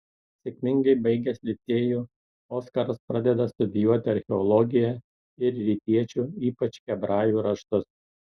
sėkmingai baigęs licėjų oskaras pradeda studijuoti archeologiją ir rytiečių ypač hebrajų raštus